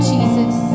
Jesus